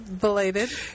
Belated